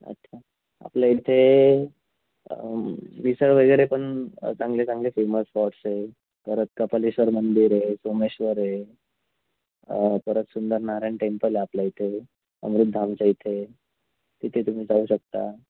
अच्छा आपल्या इथे मिसळ वगैरे पण चांगले चांगले फेमस स्पॉट्स आहे परत कपालेश्वर मंदिर आहे सोमेश्वर आहे परत सुंदरनारायण टेम्पल आहे आपल्या इथे अमृतधामच्या इथे तिथे तुम्ही जाऊ शकता